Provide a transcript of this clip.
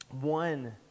one